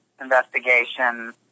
investigation